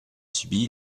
subi